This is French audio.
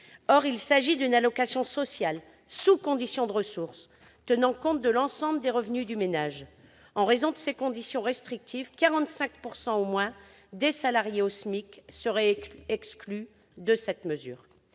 Or il s'agit d'une allocation sociale, versée sous conditions de ressources tenant compte de l'ensemble des revenus du ménage. En raison de ces conditions restrictives, au moins 45 % des salariés au SMIC seraient exclus de cette mesure.